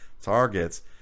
targets